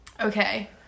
okay